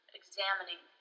examining